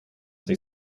they